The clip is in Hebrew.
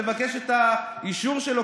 לבקש את האישור שלו,